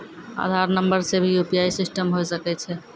आधार नंबर से भी यु.पी.आई सिस्टम होय सकैय छै?